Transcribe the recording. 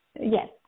Yes